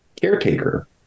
caretaker